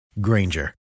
Granger